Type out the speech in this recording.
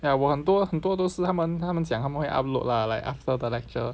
ya 我很多很多都是他们他们讲他们会 upload lah like after the lecture